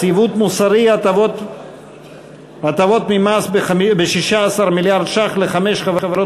עיוות מוסרי: הטבות מס ב-16 מיליארד ש"ח לחמש חברות